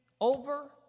over